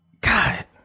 God